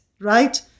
right